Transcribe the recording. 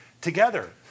together